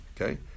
okay